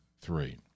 three